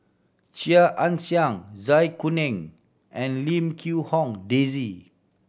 Chia Ann Siang Zai Kuning and Lim Quee Hong Daisy